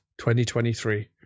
2023